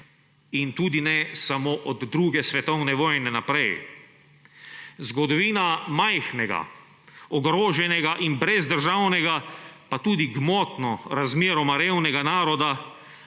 in tudi ne samo od druge svetovne vojne naprej. Zgodovina majhnega, ogroženega in brez državnega pa tudi gmotno razmeroma revnega naroda